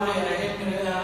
אורי אריאל,